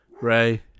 Ray